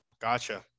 Gotcha